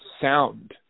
sound